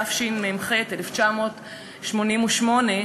התשמ"ח 1988,